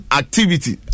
activity